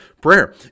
Prayer